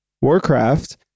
Warcraft